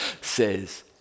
says